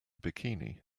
bikini